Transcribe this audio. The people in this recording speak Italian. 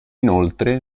inoltre